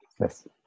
yes